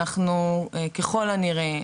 ככל הנראה,